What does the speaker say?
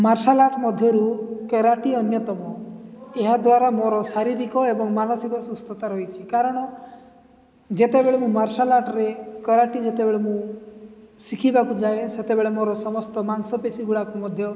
marshal art ମଧ୍ୟରୁ karate ଅନ୍ୟତମ ଏହାଦ୍ୱାରା ମୋର ଶାରୀରିକ ଏବଂ ମାନସିକ ସୁସ୍ଥତା ରହିଛିି କାରଣ ଯେତେବେଳେ ମୁଁ ମାର୍ଶାଲ୍ ଆର୍ଟରେ କରାଟି ଯେତେବେଳେ ମୁଁ ଶିଖିବାକୁ ଯାଏ ସେତେବେଳେ ମୋର ସମସ୍ତ ମାଂସପେଶୀ ଗୁଡ଼ାକୁ ମଧ୍ୟ